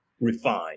refine